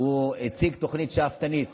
הוא הציג תוכנית שאפתנית